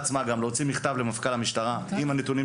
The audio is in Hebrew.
להוציא מכתב למפכ"ל המשטרה עם נתוני